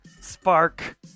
spark